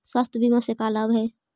स्वास्थ्य बीमा से का लाभ है?